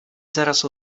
zaraz